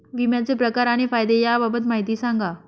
विम्याचे प्रकार आणि फायदे याबाबत माहिती सांगा